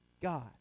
god